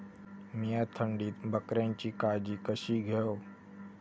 मीया थंडीत बकऱ्यांची काळजी कशी घेव?